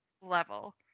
level